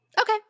Okay